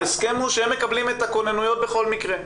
ההסכם הוא שהם מקבלים את הכונניות בכל מקרה.